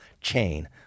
chain